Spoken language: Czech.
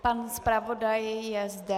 Pan zpravodaj je zde.